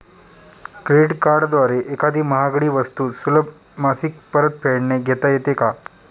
Credit कार्डद्वारे एखादी महागडी वस्तू सुलभ मासिक परतफेडने घेता येते का?